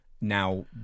now